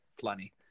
plenty